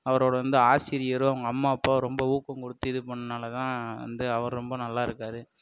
அவரோட வந்து ஆசிரியரும் அவங்க அம்மா அப்பாவும் ரொம்ப ஊக்கம் கொடுத்து இது பண்ணால தான் வந்து அவர் ரொம்ப நல்லா இருக்காரு